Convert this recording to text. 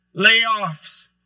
layoffs